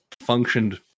functioned